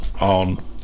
on